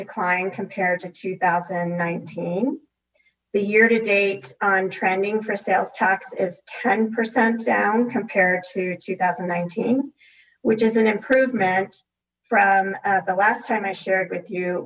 decline compared to two thousand nineteen for the year to date on trending for sales tax is ten percent down compared to two thousand nineteen which is an improvement from the last time i shared with you